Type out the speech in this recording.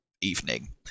evening